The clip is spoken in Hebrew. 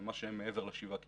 מה שמעבר לשבעה קילומטר,